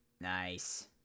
Nice